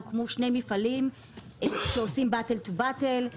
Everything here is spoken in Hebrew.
הוקמו שני מפעלים שעושים באטל טו באטל.